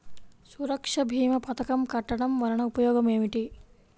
సురక్ష భీమా పథకం కట్టడం వలన ఉపయోగం ఏమిటి?